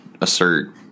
assert